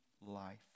life